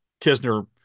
Kisner